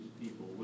people